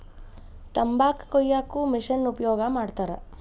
ತಂಬಾಕ ಕೊಯ್ಯಾಕು ಮಿಶೆನ್ ಉಪಯೋಗ ಮಾಡತಾರ